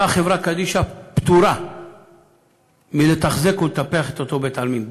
אותה חברה קדישא פטורה מלתחזק ולטפח את אותו בית-עלמין.